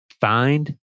Find